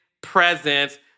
presence